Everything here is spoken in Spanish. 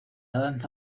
danza